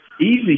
easy